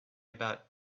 about